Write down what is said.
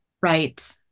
Right